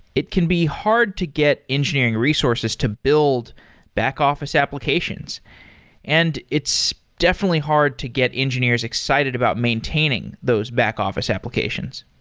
it can be hard to get engineering resources to build back-office applications and it's definitely hard to get engineers excited about maintaining those back-office applications.